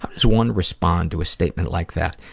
how does one respond to a statement like that.